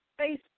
Facebook